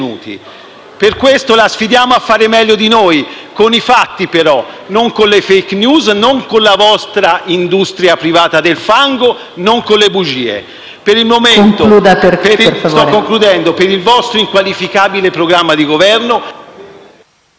Per questo la sfidiamo a fare meglio di noi; con i fatti però, non con le *fake news*, non con la vostra industria privata del fango, non con le bugie. Per il momento, per il vostro inqualificabile programma di Governo,